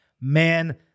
man